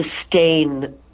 sustain